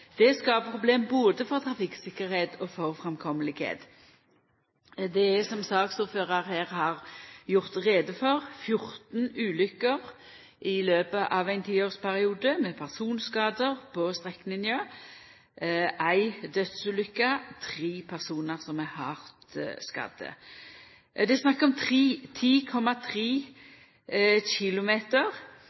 Det skaper problem både for trafikktryggleik og for framkomsttilhøve. Det har, som saksordføraren her har gjort greie for, i løpet av ein tiårsperiode vore 14 ulukker med personskadar på strekninga – ei dødsulukke, og tre personar vart hardt skadde. Det er snakk om 10,3 km,